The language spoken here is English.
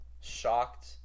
shocked